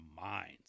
minds